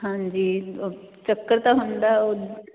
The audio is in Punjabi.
ਹਾਂਜੀ ਚੱਕਰ ਤਾਂ ਹੁੰਦਾ ਓ